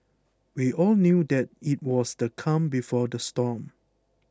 we all knew that it was the calm before the storm